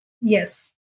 Yes